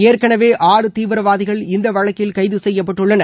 ஏற்கெனவே ஆறு தீவிரவாதிகள் இந்த வழக்கில் கைது செய்யப்பட்டுள்ளனர்